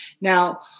Now